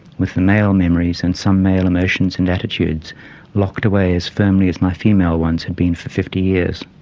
with male memories and some male emotions and attitudes locked away as firmly as my female ones had been for fifty years,